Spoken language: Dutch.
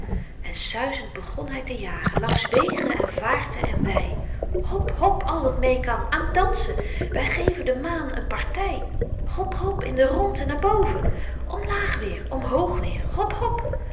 en suizend begon hy te jagen langs wegen en vaarten en wei hop hop al wat mee kan aan t dansen wy geven de maan een party hop hop in de rondte naar boven omlaag weêr omhoog weêr hop hop